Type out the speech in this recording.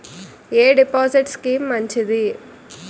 ఎ deposit scheme మంచిది?